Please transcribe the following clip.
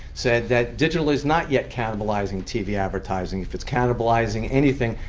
said that digital is not yet cannibalizing tv advertising. if it's cannibalizing anything,